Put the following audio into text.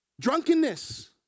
Drunkenness